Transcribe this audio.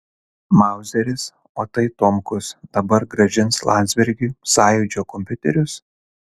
mauzeris o tai tomkus dabar grąžins landsbergiui sąjūdžio kompiuterius